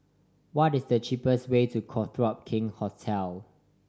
what is the cheapest way to Copthorne King Hotel